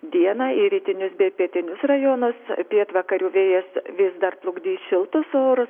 dieną į rytinius bei pietinius rajonus pietvakarių vėjas vis dar plukdys šiltus orus